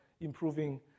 improving